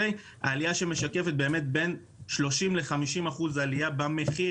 זו עלייה שמשקפת עלייה של 35% - 50% במחיר